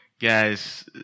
guys